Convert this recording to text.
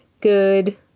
good